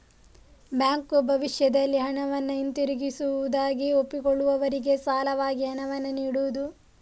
bank ಭವಿಷ್ಯದಲ್ಲಿ ಹಣವನ್ನ ಹಿಂದಿರುಗಿಸುವುದಾಗಿ ಒಪ್ಪಿಕೊಳ್ಳುವವರಿಗೆ ಸಾಲವಾಗಿ ಹಣವನ್ನ ನೀಡುದು